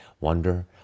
wonder